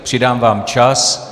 Přidám vám čas.